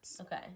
Okay